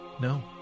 No